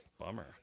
bummer